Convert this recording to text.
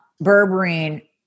Berberine